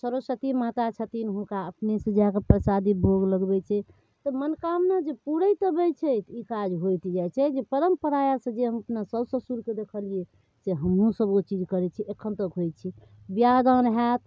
सरस्वती माता छथिन हुनका अपनेसँ जा कऽ प्रसादी भोग लगबैत छै तऽ मनकामना जे पुरैत अबैत छै तऽ ई काज होइत जाइट छै परम्परा जे हम अपना साउस ससुरके देखलियै से हमहुँ सब ओ चीज करैत छी एखन तक होइत छै बिआह दान होयत